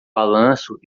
balanço